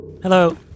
Hello